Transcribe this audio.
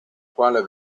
quale